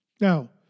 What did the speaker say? Now